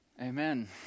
Amen